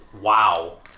Wow